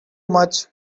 much